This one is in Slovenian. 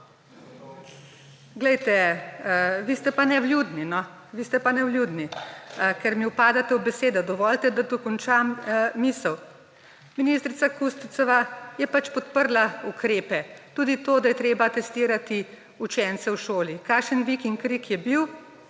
Glejte, vi ste pa nevljudni. Vi ste pa nevljudni, ker mi upadate v besedo. Dovolite, da dokončam misel. Ministrica Kustečeva je pač podprla ukrepe. Tudi to, da je treba testirati učence v šoli. Kakšen vik in krik je bil.